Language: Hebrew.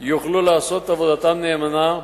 יוכלו לעשות את עבודתם נאמנה,